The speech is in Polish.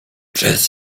przez